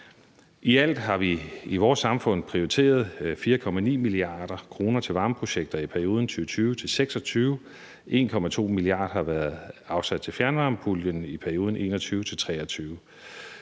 I alt har vi i vores samfund prioriteret 4,9 mia. kr. til varmeprojekter i perioden 2020-2026. 1,2 mia. kr. har været afsat til fjernvarmepuljen i perioden 2021-2023.